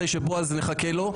נחכה לבועז,